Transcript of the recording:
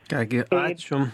ką gi ačiū